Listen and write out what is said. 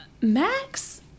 Max